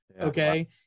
okay